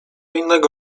innego